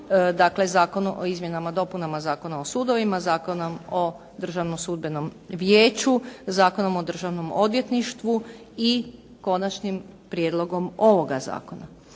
dakle u Zakonu o izmjenama i dopunama Zakonom o sudovima, Zakonom o Državnom sudbenom vijeću, Zakonom o Državnom odvjetništvu i konačnim prijedlogom ovoga zakona.